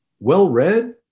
well-read